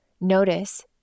Notice